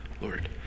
Lord